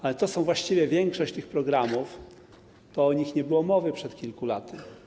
Jeśli chodzi właściwie o większość tych programów, to o nich nie było mowy przed kilku laty.